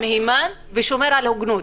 מהימן ושומר על הוגנות.